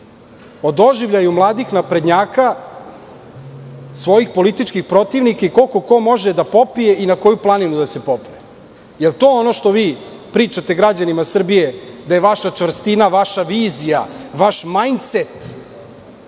doživljaju mladih naprednjaka, svojih političkih protivnika, koliko ko može da popije i na koju planinu da se popne? Jel to ono što vi pričate građanima Srbije da je vaša čvrstina, vaša vizija, vaš majncet,